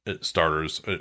starters